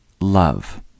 love